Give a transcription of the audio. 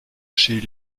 chez